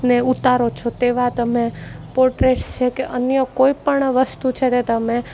ને ઉતારો છો તેવા તમે પોટરેટ્સ છેકે અન્ય કોઈ પણ વસ્તુ છે તે તમે